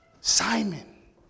Simon